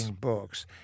books